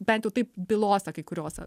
bent taip bylose kai kuriose